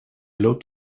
loopt